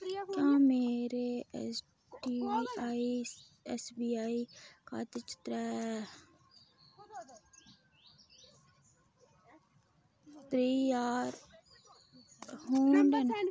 क्या मेरे S T I S B I खाते च त्रै त्रीह् ज्हार होङन